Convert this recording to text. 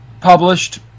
published